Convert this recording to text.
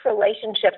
relationships